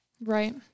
Right